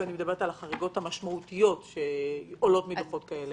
כאשר אני מתייחסת לחריגות המשמעותיות שעולות מדוחות כאלה?